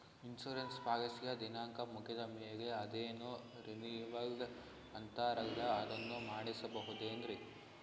Insurance ಪಾಲಿಸಿಯ ದಿನಾಂಕ ಮುಗಿದ ಮೇಲೆ ಅದೇನೋ ರಿನೀವಲ್ ಅಂತಾರಲ್ಲ ಅದನ್ನು ಮಾಡಿಸಬಹುದೇನ್ರಿ?